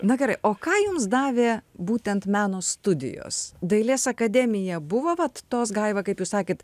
na gerai o ką jums davė būtent meno studijos dailės akademija buvo vat tos gaiva kaip jūs sakėt